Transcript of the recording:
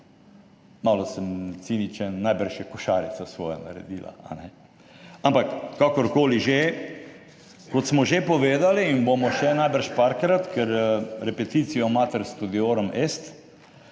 Malo sem ciničen, najbrž je košarica svoje naredila, ali ne? Ampak kakorkoli že, kot smo že povedali in bomo še najbrž nekajkrat, ker »repetitio mater studiorum est«,